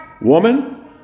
Woman